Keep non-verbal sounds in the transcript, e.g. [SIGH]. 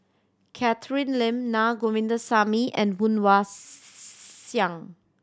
Catherine Lim Na Govindasamy and Woon Wah [UNINTELLIGIBLE] Siang